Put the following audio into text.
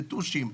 בטושים,